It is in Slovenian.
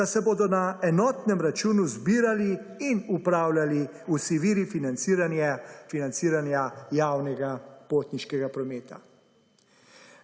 da se bodo na enotnem računu zbirali in upravljali v / nerazumljivo/ financiranja javnega potniškega prometa.